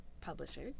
Publisher